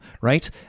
right